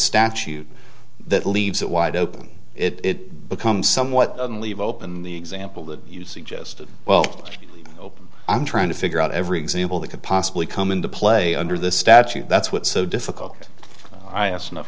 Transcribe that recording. statute that leaves it wide open it becomes somewhat in leave open the example that you suggested well it's open i'm trying to figure out every example that could possibly come into play under the statute that's what so difficult i asked enough